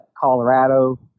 Colorado